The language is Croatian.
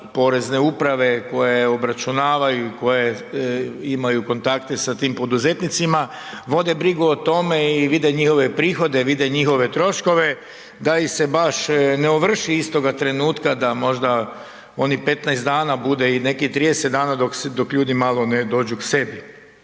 porezne uprave koje obračunavaju i koje imaju kontakte sa tim poduzetnicima vode brigu o tome i vide njihove prihode, vide njihove troškove, da ih se baš ne ovrši istoga trenutka, da možda onih 15 dana bude i nekih 30 dana dok ljudi malo ne dođu k sebi.